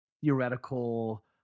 theoretical